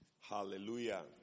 Hallelujah